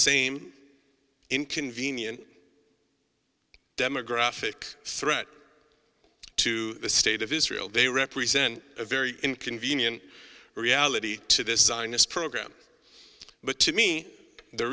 same inconvenient demographic threat to the state of israel they represent a very inconvenient reality to this sinus program but to me the